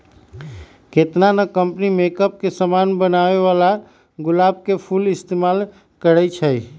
केतना न company makeup के समान बनावेला गुलाब के फूल इस्तेमाल करई छई